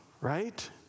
right